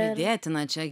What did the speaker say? vydėtina čia